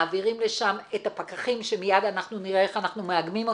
מעבירים לשם את הפקחים שמיד אנחנו נראה איך אנחנו מאגמים אותם.